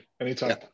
anytime